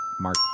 Mark